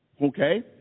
Okay